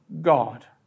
God